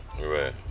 Right